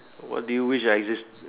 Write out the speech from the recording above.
what did you wish I just